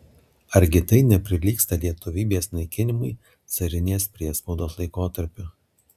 argi tai neprilygsta lietuvybės naikinimui carinės priespaudos laikotarpiu